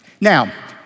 Now